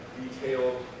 detailed